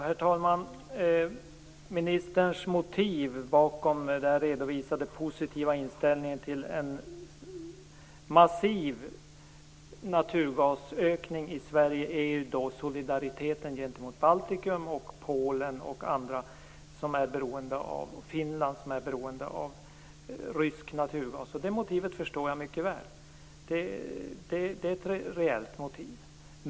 Herr talman! Ministerns motiv bakom den redovisade positiva inställningen till en massiv naturgasökning i Sverige är solidariteten gentemot Baltikum, Polen och Finland, som är beroende av rysk naturgas. Det motivet förstår jag mycket väl, därför att det är ett reellt motiv.